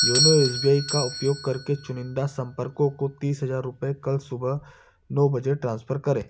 YONO S B I का उपयोग करके चुनिंदा संपर्कों को तीस हज़ार रुपये कल सुबह नौ बजे ट्रांसफर करें